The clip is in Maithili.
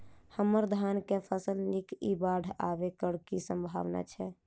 हम्मर धान केँ फसल नीक इ बाढ़ आबै कऽ की सम्भावना छै?